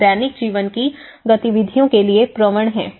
वे दैनिक जीवन की गतिविधियों के लिए प्रवण हैं